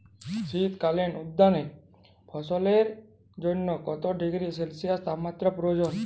শীত কালীন উদ্যান ফসলের জন্য কত ডিগ্রী সেলসিয়াস তাপমাত্রা প্রয়োজন?